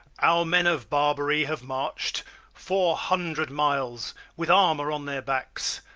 our men of barbary have march'd four hundred miles with armour on their backs,